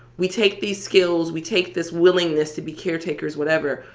we take these skills. we take this willingness to be caretakers, whatever,